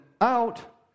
out